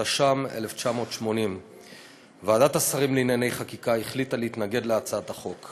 התש"ם 1980. ועדת השרים לענייני חקיקה החליטה להתנגד להצעת החוק.